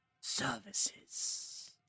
services